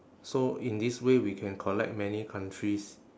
so in this way we can collect many countries